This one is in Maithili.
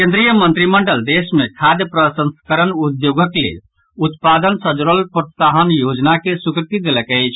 केन्द्रीय मंत्रिमंडल देश मे खाद्य प्रसंस्करण उद्योगक लेल उत्पादन सॅ जुड़ल प्रोत्साहन योजना के स्वीकृति देलक अछि